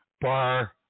bar